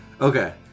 Okay